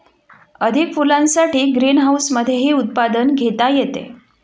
अधिक फुलांसाठी ग्रीनहाऊसमधेही उत्पादन घेता येते